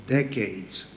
decades